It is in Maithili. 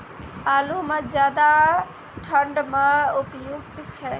आलू म ज्यादा ठंड म उपयुक्त छै?